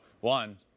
one